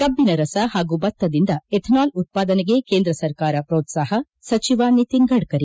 ಕಬ್ಬಿನ ರಸ ಹಾಗೂ ಭತ್ತದಿಂದ ಎಥನಾಲ್ ಉತ್ವಾದನೆಗೆ ಕೇಂದ್ರ ಸರ್ಕಾರ ಪ್ರೋತ್ಸಾಪ ಸಚಿವ ನಿತಿನ್ ಗಡ್ಡರಿ